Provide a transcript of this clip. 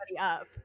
up